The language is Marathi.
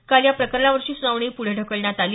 काल या प्रकरणावरची सुनावणी पुढे ढकलण्यात आली